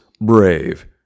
brave